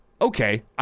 Okay